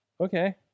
Okay